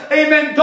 amen